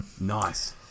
Nice